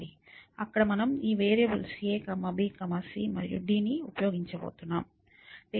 అక్కడ మనం ఈ వేరియబుల్స్ a b c మరియు d ని ఉపయోగించబోతున్నాం